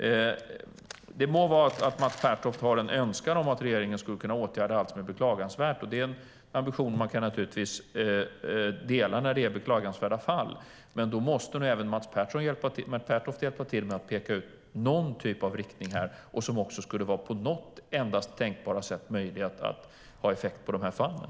Det må vara så att Mats Pertoft har en önskan om att regeringen skulle kunna åtgärda allt som är beklagansvärt. Det är en ambition man naturligtvis kan dela när det är beklagansvärda fall. Men då måste nog även Mats Pertoft hjälpa till med att peka ut någon typ av riktning och något som skulle ha möjlighet att ha effekt i de här fallen.